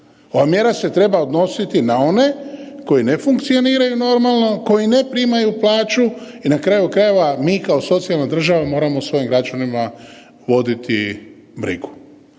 Ova mjera se treba odnositi na one koji ne funkcioniraju normalno, koji ne primaju plaću i na kraju krajeva mi kao socijalna država moramo o svojim građanima voditi brigu.